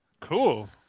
Cool